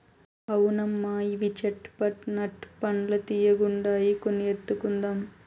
అవునమ్మా ఇవి చేట్ పట్ నట్ పండ్లు తీయ్యగుండాయి కొన్ని ఎత్తుకుందాం